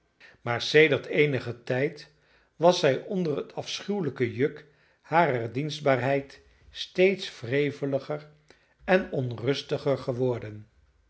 maar sedert eenigen tijd was zij onder het afschuwelijk juk harer dienstbaarheid steeds wreveliger en onrustiger geworden